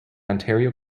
ontario